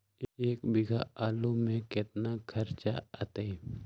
एक बीघा आलू में केतना खर्चा अतै?